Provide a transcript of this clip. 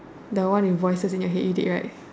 the one in voices in your head already right